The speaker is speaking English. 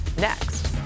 next